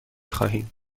خواهیم